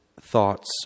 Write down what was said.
thoughts